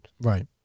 Right